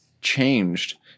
changed